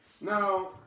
Now